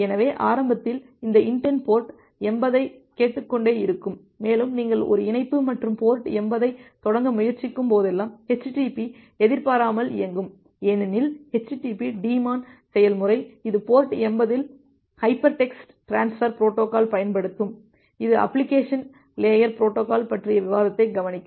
எனவே ஆரம்பத்தில் இந்த inetd போர்ட் 80 ஐக் கேட்டுக்கொண்டே இருக்கும் மேலும் நீங்கள் ஒரு இணைப்பு மற்றும் போர்ட் 80 ஐத் தொடங்க முயற்சிக்கும்போதெல்லாம் http எதிர்பாராமல் இயங்கும் ஏனெனில் எச்டிடிபி டீமான் செயல்முறை இது போர்ட் 80 இல் ஹைபர்டெக்ஸ்ட் டிரான்ஸ்ஃபர் புரோட்டோகால் பயன்படுத்தும் இது அப்ளிகேஷன் லேயர் பொரோட்டோகால் பற்றிய விவாதத்தை கவனிக்கும்